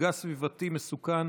מפגע סביבתי מסוכן